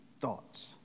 thoughts